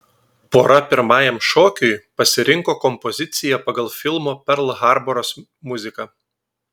pora pirmajam šokiui pasirinko kompoziciją pagal filmo perl harboras muziką